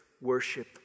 worship